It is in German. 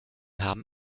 haben